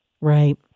Right